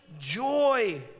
Joy